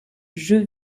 jeux